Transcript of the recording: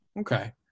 Okay